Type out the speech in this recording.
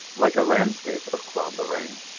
like a landscape of claude lorraine.